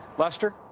lester?